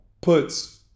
puts